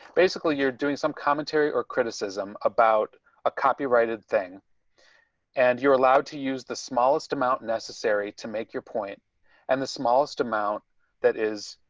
basically you're doing some commentary or criticism about a copyrighted thing and you're allowed to use the smallest amount necessary to make your point and the smallest amount that is